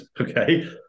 okay